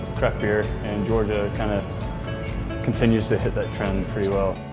craft beer in georgia kinda continues to hit that trend pretty well.